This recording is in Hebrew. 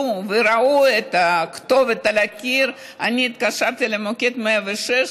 וראו את הכתובת על הקיר אני התקשרתי למוקד 106,